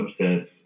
subsets